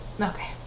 Okay